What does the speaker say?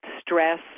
stress